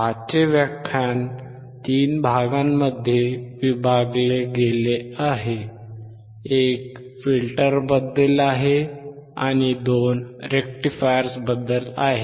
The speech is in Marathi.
आजचे व्याख्यान 3 भागांमध्ये विभागले गेले आहे एक फिल्टरबद्दल आहे आणि दोन रेक्टिफायर्सबद्दल आहे